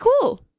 cool